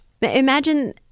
imagine